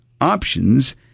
options